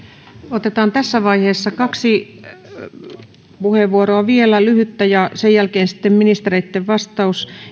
otetaan tässä vaiheessa vielä kaksi lyhyttä puheenvuoroa edustajat lindtman ja pirttilahti ja sen jälkeen sitten ministereitten vastaus